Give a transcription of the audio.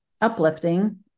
uplifting